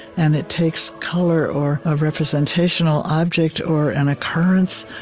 and it takes color, or a representational object, or an occurrence,